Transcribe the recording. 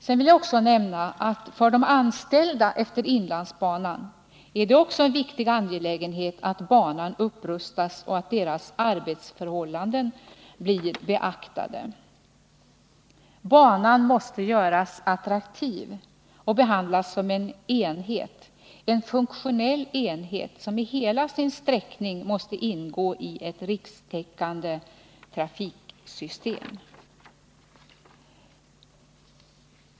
Sedan vill jag också nämna att det för de anställda utmed inlandsbanan är en viktig angelägenhet att banan upprustas och att deras arbetsförhållanden blir beaktade. Banan måste göras attraktiv och behandlas som en enhet — en funktionell enhet — som i hela sin sträckning måste ingå i ett rikstäckande trafiksystem.